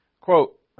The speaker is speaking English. Quote